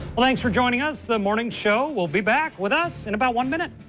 thanks for joining us, the morning show will be back with us in about one minute.